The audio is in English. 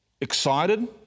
excited